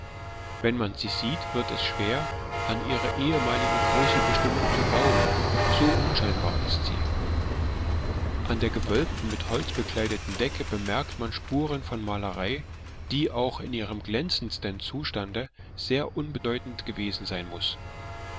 wenn man sie sieht wird es schwer an ihre ehemalige große bestimmung zu glauben so unscheinbar ist sie an der gewölbten mit holz bekleideten decke bemerkt man spuren von malerei die auch in ihrem glänzendsten zustande sehr unbedeutend gewesen sein muß